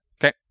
Okay